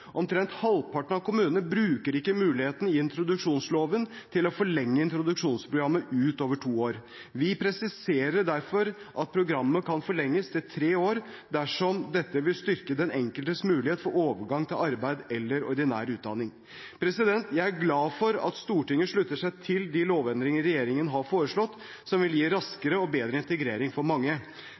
Omtrent halvparten av kommunene bruker ikke muligheten i introduksjonsloven til å forlenge introduksjonsprogrammet utover to år. Vi presiserer derfor at programmet kan forlenges til tre år dersom dette vil styrke den enkeltes mulighet for overgang til arbeid eller ordinær utdanning. Jeg er glad for at Stortinget slutter seg til de lovendringene regjeringen har foreslått, som vil gi raskere og bedre integrering for mange.